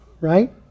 right